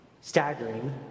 staggering